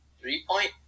Three-point